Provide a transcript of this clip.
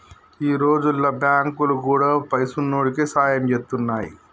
ఈ రోజుల్ల బాంకులు గూడా పైసున్నోడికే సాయం జేత్తున్నయ్